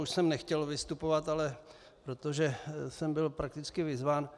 Už jsem nechtěl vystupovat, ale protože jsem byl prakticky vyzván.